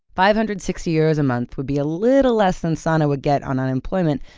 five hundred sixty euros a month would be a little less than sanna would get on unemployment.